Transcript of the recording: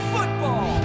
Football